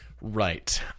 Right